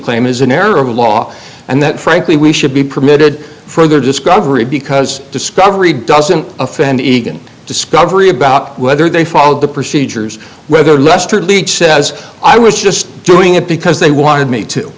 claim is an error of law and that frankly we should be permitted further discovery because discovery doesn't offend eagan discovery about whether they followed the procedures whether lester leach says i was just doing it because they wanted me to